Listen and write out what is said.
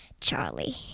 Charlie